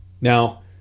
Now